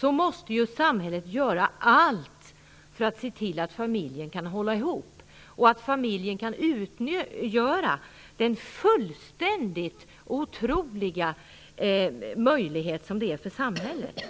Samhället måste göra allt för att se till att familjen kan hålla ihop och att familjen kan utgöra den fullständigt otroliga möjlighet som den är för samhället.